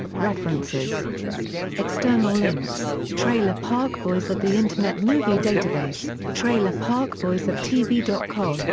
references external links trailer park boys at the internet movie database trailer park boys at tv dot com